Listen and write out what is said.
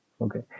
Okay